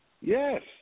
Yes